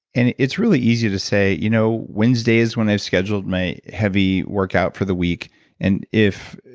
and it's really easy to say, you know wednesday is when i've scheduled my heavy workout for the week and if.